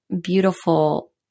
beautiful